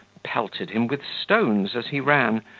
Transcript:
pelted him with stones as he ran,